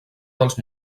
dels